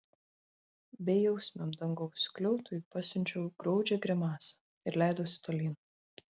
bejausmiam dangaus skliautui pasiunčiau graudžią grimasą ir leidausi tolyn